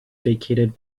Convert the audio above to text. vacated